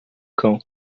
cão